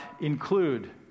include